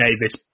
Davis